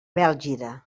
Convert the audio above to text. bèlgida